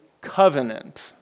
covenant